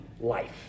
life